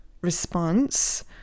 response